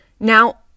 now